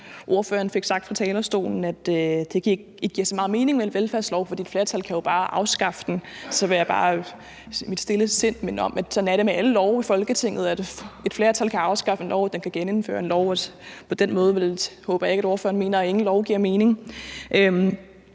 Ordføreren fik sagt fra talerstolen, at det ikke giver så meget mening med en velfærdslov, fordi et flertal jo bare kan afskaffe den. Så vil jeg bare stilfærdigt minde om, at sådan er det med alle love i Folketinget: Et flertal kan afskaffe en lov, det kan genindføre en lov. På den måde håber jeg ikke at ordføreren mener, at ingen lov giver mening.